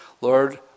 lord